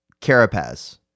Carapaz